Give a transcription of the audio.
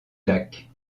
lac